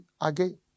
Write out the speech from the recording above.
again